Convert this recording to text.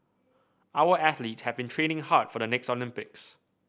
our athlete have been training hard for the next Olympics